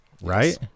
Right